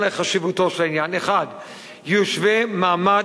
וכאן חשיבותו של העניין: 1. יושווה מעמד